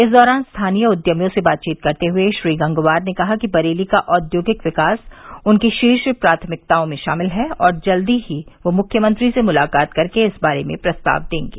इस दौरान स्थानीय उद्यमियों से बातचीत करते हुए श्री गंगवार ने कहा कि बरेली का औद्योगिक विंकास उनकी शीर्ष प्राथमिकताओ मे शामिल है और वह जल्द ही मुख्यमंत्री से मुलाकात कर इस बारे में प्रस्ताव देंगे